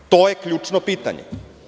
To je ključno pitanje.